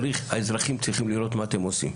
האזרחים צריכים לראות מה אתם עושים,